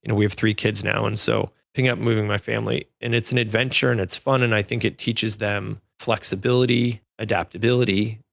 we have three kids now, and so picking up moving my family and it's an adventure, and it's fun, and i think it teaches them flexibility, adaptability.